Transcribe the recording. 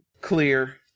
Clear